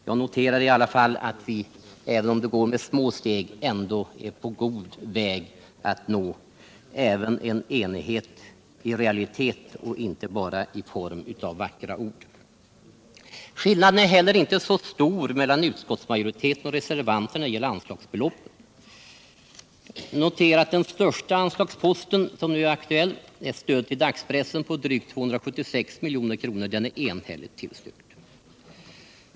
Jag noterar i alla fall att vi, även om vi bara går framåt med små steg, ändå är på god väg att nå en enighet i realiteten och inte bara i form av vackra ord. Skillnaden är heller inte stor mellan utskottsmajoriteten och reservanterna när det gäller anslagsbeloppen. Den största anslagsposten, som nu är aktuell, stöd till dagspressen på drygt 276 milj.kr., är enhälligt tillstyrkt.